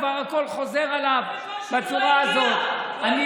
כבר הכול חוזר אליו בצורה הזאת.